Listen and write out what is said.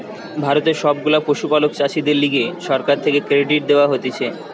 ভারতের সব গুলা পশুপালক চাষীদের লিগে সরকার থেকে ক্রেডিট দেওয়া হতিছে